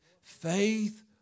Faith